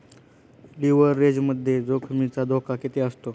लिव्हरेजमध्ये जोखमीचा धोका किती असतो?